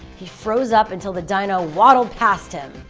he froze up, until the dino waddled past him.